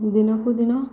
ଦିନକୁ ଦିନ